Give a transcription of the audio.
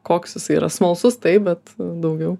koks jisai yra smalsus taip bet daugiau